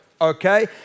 okay